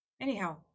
Anyhow